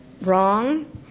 wrong